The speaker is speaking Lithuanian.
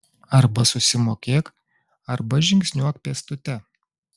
arba susimokėk arba žingsniuok pėstute